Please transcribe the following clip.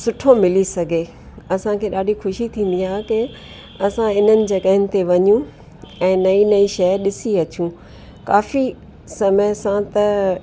सुठो मिली सघे असांखे ॾाढी ख़ुशी थींदी आहे की असां हिननि जॻहियुनि ते वञूं ऐं नई नई शइ ॾिसी अचूं काफ़ी समय सां त